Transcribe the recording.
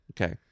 okay